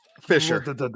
Fisher